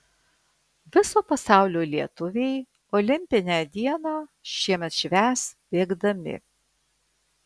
viso pasaulio lietuviai olimpinę dieną šiemet švęs bėgdami